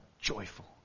joyful